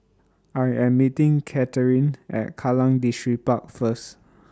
I Am meeting Katheryn At Kallang Distripark First